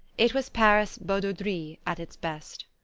it was paris badauderie at its best.